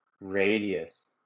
Radius